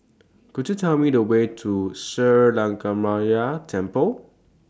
Could YOU Tell Me The Way to Sri Lankaramaya Temple